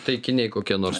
taikiniai kokie nors